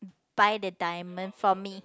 buy the diamond for me